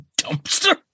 dumpster